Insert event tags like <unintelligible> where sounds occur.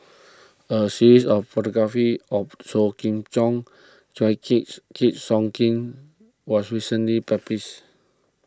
a series of photographies of Sou <unintelligible> Kiam was recently published